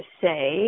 say